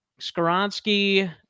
Skaronski